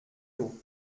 eau